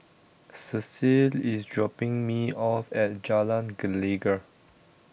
Cecile is dropping me off at Jalan Gelegar